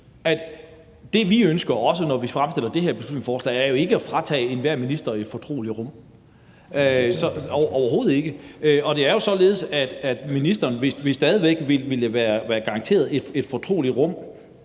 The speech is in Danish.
det, vi ønsker, også når vi fremsætter det her beslutningsforslag, er jo ikke at fratage enhver minister et fortroligt rum – overhovedet ikke. Og det er jo således, at ministrene stadig væk vil være garanteret et fortroligt rum,